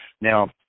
Now